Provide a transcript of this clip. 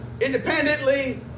independently